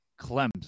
Clemson